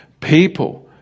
people